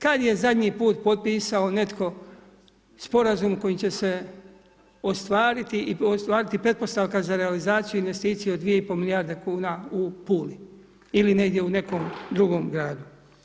Kada je zadnji put potpisao netko sporazum kojim će se ostvariti pretpostavka za realizaciju i investiciju od 2,5 milijarde kn u Puli, ili negdje u nekom drugom gradu.